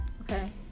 Okay